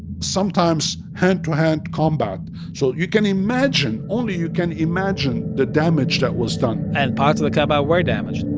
sometimes hand-to-hand combat. so you can imagine only you can imagine the damage that was done and parts of the kaaba were damaged